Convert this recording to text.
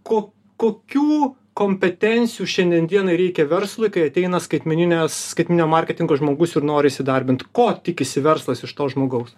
ko kokių kompetencijų šiandien dienai reikia verslui kai ateina skaitmeninės skaitmeninio marketingo žmogus ir nori įsidarbint ko tikisi verslas iš to žmogaus